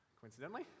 Coincidentally